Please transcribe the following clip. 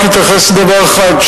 רק להתייחס לדבר אחד,